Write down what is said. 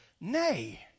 nay